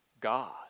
God